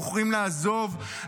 בוחרים לעזוב,